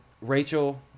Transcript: Rachel